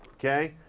okay.